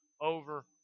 over